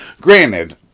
Granted